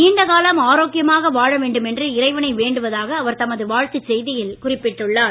நீண்டகாலம் ஆரோக்கியமாக வாழ வேண்டும் என்று இறைவனை வேண்டுவதாக அவர் தமது வாழ்த்துச் செய்தியில் குறிப்பிட்டுள்ளார்